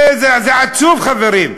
זה עצוב, חברים.